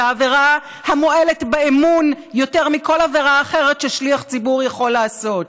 העבירה המועלת באמון יותר מכל עבירה אחרת ששליח ציבור יכול לעשות.